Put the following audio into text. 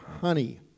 honey